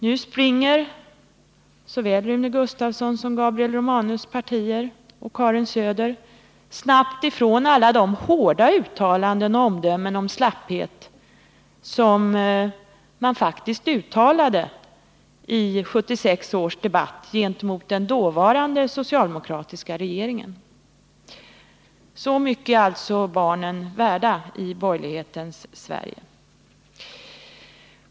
Nu springer såväl Rune Gustavssons och Karin Söders som Gabriel Romanus parti snabbt ifrån alla de hårda uttalanden och omdömen om slapphet som de faktiskt gjorde i 1976 års debatt gentemot den dåvarande socialdemokratiska regeringen. Så mycket är alltså barnen värda i borgerlighetens Sverige!